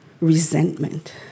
resentment